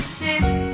sit